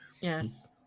Yes